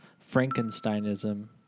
Frankensteinism